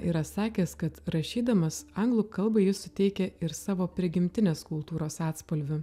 yra sakęs kad rašydamas anglų kalbai jis suteikia ir savo prigimtinės kultūros atspalvių